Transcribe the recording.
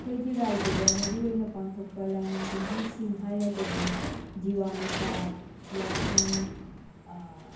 ꯑꯩꯈꯣꯏꯒꯤ ꯔꯥꯖ꯭ꯌꯗ ꯃꯔꯨꯑꯣꯏꯅ ꯄꯥꯡꯊꯣꯛꯄ ꯂꯥꯏꯅꯤꯡ ꯀꯨꯝꯍꯩꯁꯤꯡ ꯍꯥꯏꯔꯒꯗꯤ ꯖꯤꯋꯥꯅꯤꯇꯥ ꯌꯥꯎꯁꯪ